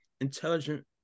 intelligent